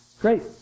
Great